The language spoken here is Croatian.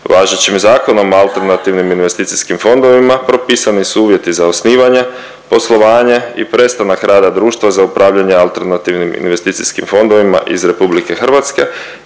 Važećim Zakonom o alternativnim investicijskim fondovima propisani su uvjeti za osnivanje, poslovanje i prestanak rada društva za upravljanje alternativnim investicijskim fondovima iz RH i alternativnim